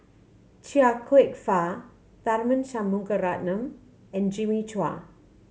Chia Kwek Fah Tharman Shanmugaratnam and Jimmy Chua